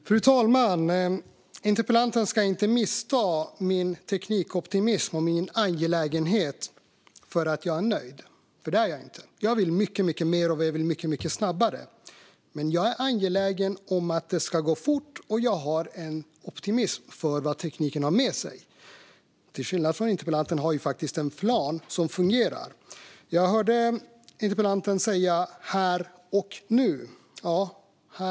Fru talman! Interpellanten ska inte missta min teknikoptimism och min angelägenhet för att jag är nöjd, för det är jag inte. Jag vill mycket mer och att det ska gå mycket snabbare. Jag är angelägen om att det ska gå fort, och jag har en optimism när det gäller vad tekniken för med sig. Till skillnad från interpellanten har vi faktiskt en plan som fungerar. Jag hörde interpellanten tala om här och nu.